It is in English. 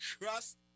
trust